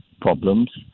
problems